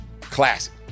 Classic